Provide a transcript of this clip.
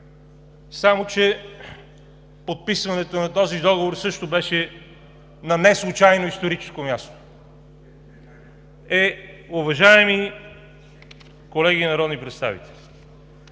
само че подписването на този договор също беше на неслучайно историческо място. Е, уважаеми колеги народни представители,